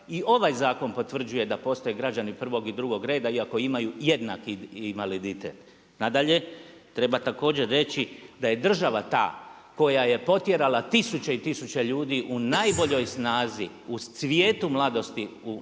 I ovaj zakon potvrđuje da postoje građani prvog i drugog reda, iako imaju jednaki invaliditet. Nadalje, treba također reći da je država ta koja je potjerala tisuće i tisuće ljudi u najboljoj snazi, u cvijetu mladosti u